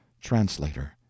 Translator